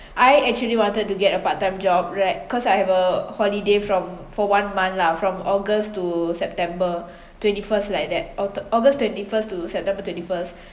I actually wanted to get a part time job right cause I have a holiday from for one month lah from august to september twenty first like that au~ august twenty first to september twenty first